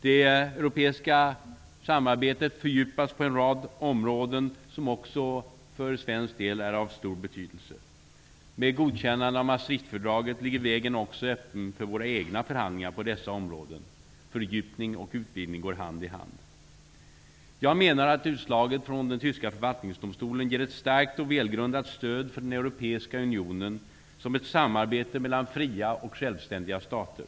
Det europeiska samarbetet fördjupas på en rad områden som även för svensk del är av stor betydelse. Med godkännandet av Maastrichtfördraget ligger vägen också öppen för våra egna förhandlingar på dessa områden. Fördjupning och utvidgning går hand i hand. Jag menar att utslaget från den tyska Författningsdomstolen ger ett starkt och välgrundat stöd för den europeiska unionen som ett samarbete mellan fria och självständiga stater.